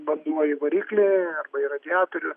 vanduo į variklį arba į radiatorių